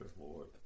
Lord